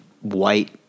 white